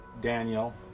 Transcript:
Daniel